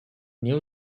new